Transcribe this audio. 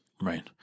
Right